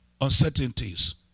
uncertainties